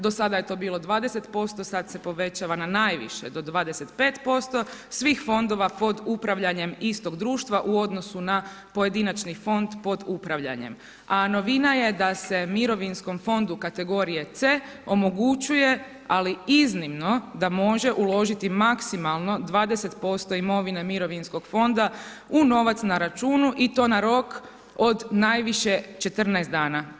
Do sada je to bilo 20%, sad se povećavana na najviše do 25% svih fondova pod upravljanjem istog društva u odnosu na pojedinačni fond pod upravljanjem, a novima je da se mirovinskom fondu kategorije C omogućuje, ali iznimno da može uložiti maksimalno 20% mirovine mirovinskog fonda u novac na računu i to na rok od najviše 14 dana.